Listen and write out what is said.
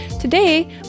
today